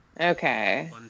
Okay